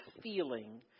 feeling